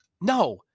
no